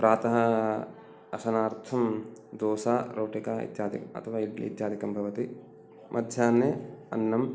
प्रातः अशनार्थं दोसा रोटिका इत्यादि अथवा इडली इत्यादिकं भवति मध्याह्ने अन्नम्